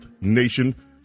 nation